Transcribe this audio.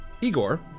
Igor